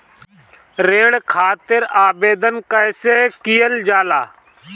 ऋण खातिर आवेदन कैसे कयील जाला?